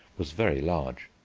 was very large.